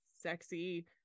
sexy